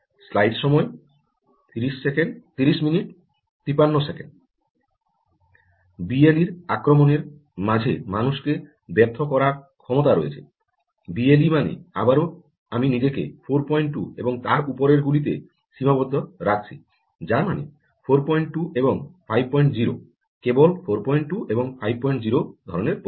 BLE এর আক্রমণের মাঝে মানুষকে ব্যর্থ করার ক্ষমতা রয়েছে বিএলই মানে আবারও আমি নিজেকে 42 এবং তার উপরের গুলিতে এ সীমাবদ্ধ রাখছি যার মানে 42 এবং 50 কেবল 42 এবং 50 ধরণের পরিস্থিতি